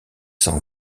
s’en